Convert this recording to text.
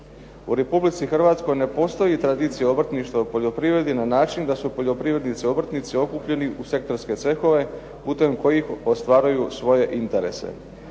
U Republici Hrvatskoj ne postoji tradicija obrtništva u poljoprivredi na način da se u poljoprivrednici obrtnici okupljeni u sektorske cehove, putem kojih ostvaruju svoje interese.